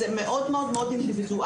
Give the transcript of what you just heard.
זה מאוד מאוד מאוד אינדיבידואלי,